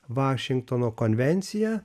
vašingtono konvencija